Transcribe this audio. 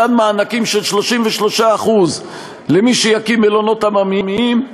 מתן מענקים של 33% למי שיקים מלונות עממיים.